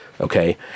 Okay